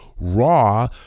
Raw